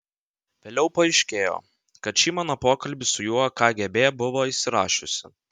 vėliau paaiškėjo kad šį mano pokalbį su juo kgb buvo įsirašiusi